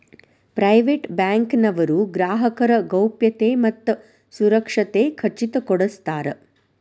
private bank ನವರು ಗ್ರಾಹಕರ ಗೌಪ್ಯತೆ ಮತ್ತ ಸುರಕ್ಷತೆ ಖಚಿತ ಕೊಡ್ಸತಾರ